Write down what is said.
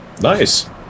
Nice